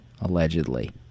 allegedly